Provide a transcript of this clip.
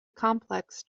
complex